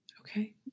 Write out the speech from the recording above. Okay